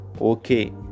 okay